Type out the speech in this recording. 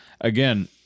Again